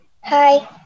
Hi